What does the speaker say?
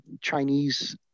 Chinese